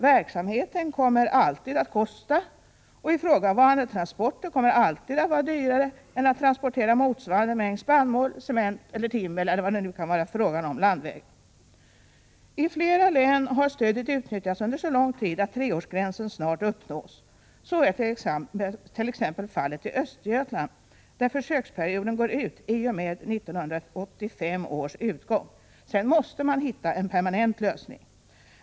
Verksamheten kommer alltid att kosta, och ifrågavarande transporter kommer alltid att vara dyrare än att transportera motsvarande mängd spannmål, cement, timmer eller vad det nu kan vara fråga om landvägen. I flera län har stödet utnyttjats under så lång tid att treårsgränsen snart uppnås. Så ärt.ex. fallet i Östergötland, där försöksperioden går ut i och med 1985 års utgång. Sedan måste man hitta en permanent lösning.